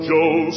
Joe